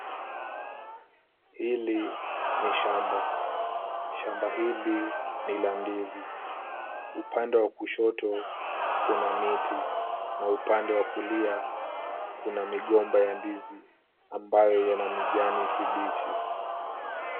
Hili ni shamba, shamba hili ni la ndizi. Upande wa kushoto kuna miti na upande wa kulia kuna migomba ya ndizi ambayo yana majani mabichi.